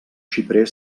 xiprer